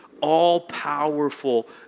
all-powerful